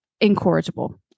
incorrigible